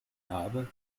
habe